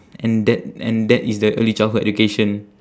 and that and that is the early childhood education